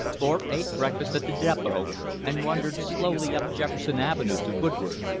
thorpe ate breakfast at the depot and wandered slowly up jefferson avenue to woodward,